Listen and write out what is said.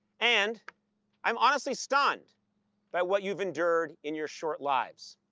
and i'm honestly stunned by what you've endured in your short lives.